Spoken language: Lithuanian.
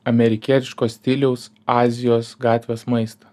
amerikietiško stiliaus azijos gatvės maistą